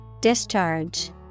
Discharge